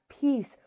peace